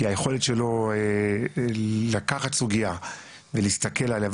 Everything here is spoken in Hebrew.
כי היכולת שלו לקחת סוגיה ולהסתכל עליה,